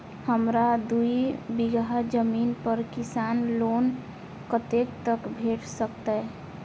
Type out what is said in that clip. हमरा दूय बीगहा जमीन पर किसान लोन कतेक तक भेट सकतै?